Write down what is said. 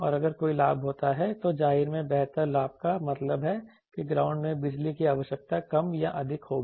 और अगर कोई लाभ होता है तो जाहिर है बेहतर लाभ का मतलब है कि ग्राउंड में बिजली की आवश्यकता कम या अधिक होगी